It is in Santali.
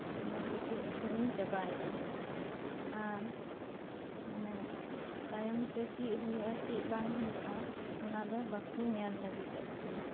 ᱚᱱᱟᱛᱮᱠᱚ ᱟᱠᱷᱨᱤᱧ ᱪᱟᱵᱟ ᱮᱫᱟ ᱟᱨ ᱢᱟᱱᱮ ᱛᱟᱭᱚᱢ ᱛᱮ ᱪᱮᱫ ᱦᱳᱭᱳᱜᱼᱟ ᱪᱮᱫ ᱵᱟᱝ ᱦᱳᱭᱳᱜᱼᱟ ᱚᱱᱟ ᱫᱚ ᱵᱟᱠᱚ ᱧᱮᱞ ᱞᱟᱜᱤᱫᱚᱜ ᱠᱟᱱᱟ